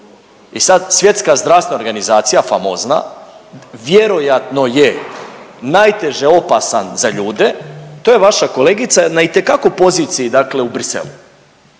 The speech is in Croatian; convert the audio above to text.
I sad Svjetska zdravstvena organizacija famozna vjerojatno je najteže opasan za ljude, to je vaša kolegica na itekako poziciji u Bruxellesu.